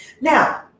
Now